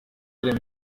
three